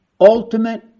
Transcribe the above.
ultimate